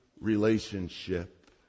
relationship